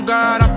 God